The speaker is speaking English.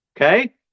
Okay